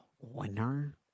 winner